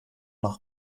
noch